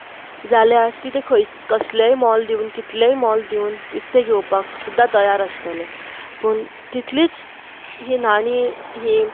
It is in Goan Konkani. जाल्यार ती ते खंय कसलेय मोल दिवन कितलेंय मोल दिवन विकतें घेवपाक सुद्दां तयार आसातलें पूण तितलीच हीं नाणीं हीं